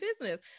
business